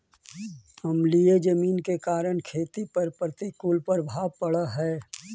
अम्लीय जमीन के कारण खेती पर प्रतिकूल प्रभाव पड़ऽ हइ